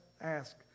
ask